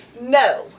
No